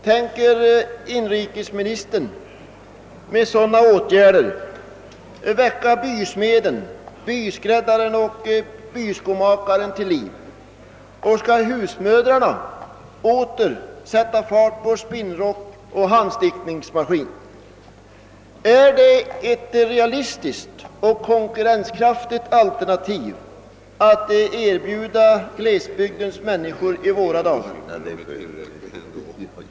Tänker inrikesministern med sådana åtgärder väcka bysmeden, byskräddaren och byskomakaren till liv, och skall husmödrarna åter sätta fart på spinnrock och hemstickningsmaskin? Är det ett realistisk och konkurrenskraftigt alternativ att erbjuda glesbygdens människor i våra dagar?